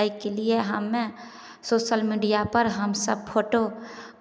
एहिके लिए हमे सोशल मीडिया पर हम सभ फोटो